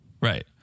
right